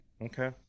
Okay